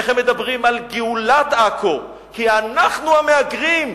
איך הם מדברים על גאולת עכו, כי אנחנו המהגרים.